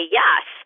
yes